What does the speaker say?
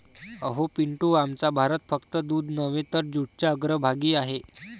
अहो पिंटू, आमचा भारत फक्त दूध नव्हे तर जूटच्या अग्रभागी आहे